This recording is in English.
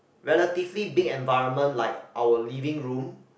relatively big environment like our living room